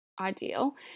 ideal